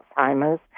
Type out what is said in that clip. Alzheimer's